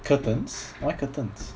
curtains why curtains